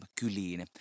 kyliin